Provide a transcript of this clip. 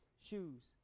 shoes